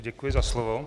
Děkuji za slovo.